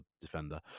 defender